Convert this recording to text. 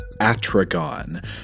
Atragon